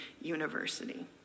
University